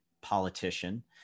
politician